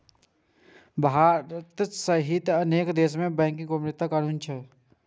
भारत सहित अनेक देश मे बैंकिंग गोपनीयता कानून छै